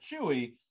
Chewie